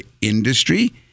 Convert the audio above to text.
industry